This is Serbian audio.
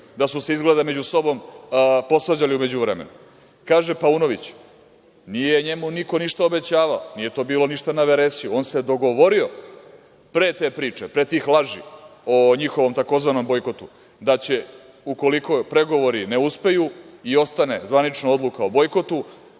da su se izgleda među sobom posvađali u međuvremenu. Kaže Paunović da nije njemu niko ništa obećavao, nije to bilo ništa na veresiju, on se dogovorio pre te priče, pre tih laži o njihovom tzv. bojkotu, da će, ukoliko pregovori ne uspeju i ostane zvanična odluka o bojkotu,